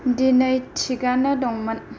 दिनै थिगानो दंमोन